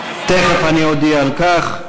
תכף אני אודיע על כך.